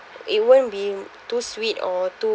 it won't be too sweet or too